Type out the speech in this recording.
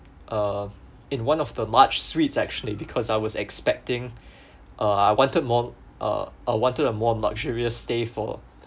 uh in one of the large suites actually because I was expecting uh I wanted more uh I wanted a more luxurious stay for